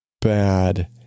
bad